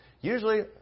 usually